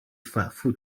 反复